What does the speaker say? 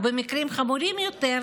ובמקרים חמורים יותר,